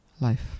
life